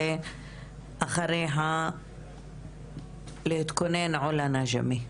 ואחרי עולא נג'מי.